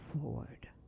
forward